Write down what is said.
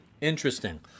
Interesting